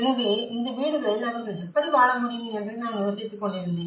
எனவே இந்த வீடுகளில் அவர்கள் எப்படி வாழ முடியும் என்று நான் யோசித்துக்கொண்டிருந்தேன்